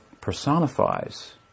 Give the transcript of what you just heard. personifies